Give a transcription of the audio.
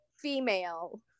female